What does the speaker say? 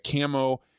camo